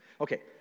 Okay